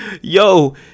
Yo